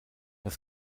das